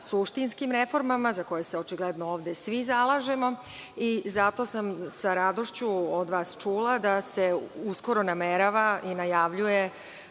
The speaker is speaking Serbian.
suštinskim reformama za koje se ovde očigledno svi zalažemo i zato sam sa radošću od vas čula da se uskoro namerava i najavljuje